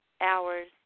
hours